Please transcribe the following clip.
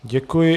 Děkuji.